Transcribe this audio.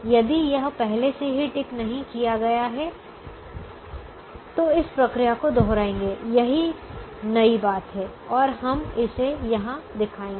यदि यह पहले से ही टिक नहीं किया गया है तो इस प्रक्रिया को दोहराएंगे यही नई बात है और हम इसे यहां दिखाएंगे